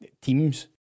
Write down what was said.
teams